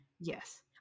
Yes